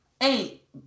eight